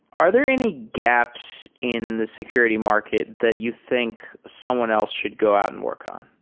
are there any gaps in the security market that you think someone else should go out and work on?